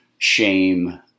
shame